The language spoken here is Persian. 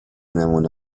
نمونه